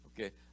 Okay